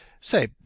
Say